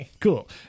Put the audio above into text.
Cool